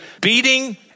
beating